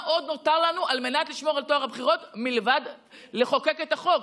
מה עוד נותר לנו על מנת לשמור על טוהר הבחירות מלבד לחוקק את החוק?